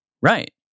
right